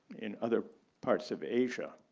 in other parts of asia.